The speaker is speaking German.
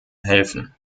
helfen